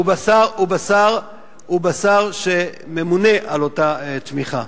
ובשר שממונה על אותה תמיכה.